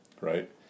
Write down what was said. right